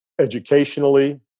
educationally